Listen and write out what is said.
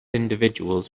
individuals